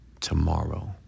tomorrow